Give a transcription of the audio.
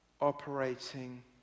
operating